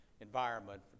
environment